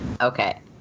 Okay